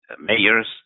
mayors